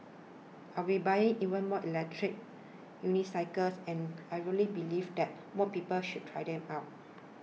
I will buying even more electric unicycles and I really believe that more people should try them out